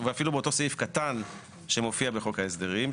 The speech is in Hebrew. ואפילו באותו סעיף קטן שמופיע בחוק ההסדרים,